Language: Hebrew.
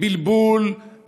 בלבול.